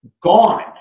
gone